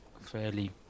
fairly